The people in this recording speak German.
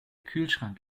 kühlschrank